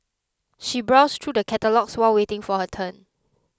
she browsed through the catalogues while waiting for her turn